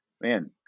man